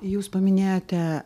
jūs paminėjote